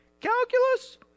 calculus